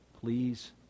please